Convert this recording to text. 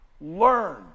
learn